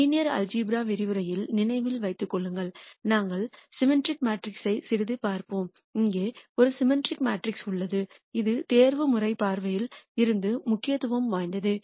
linear algebra விரிவுரையில் நினைவில் வைத்துக் கொள்ளுங்கள் நாங்கள் சிமிட்ட்ரிக் மெட்ரிக்ஸை சிறிது பார்ப்போம் இங்கே ஒரு சிமிட்ட்ரிக் மேட்ரிக்ஸ் உள்ளது இது தேர்வுமுறை பார்வையில் இருந்து முக்கியத்துவம் வாய்ந்தது